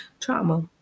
trauma